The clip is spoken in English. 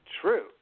True